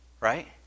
Right